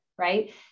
Right